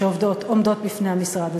שעומדות בפני המשרד הזה.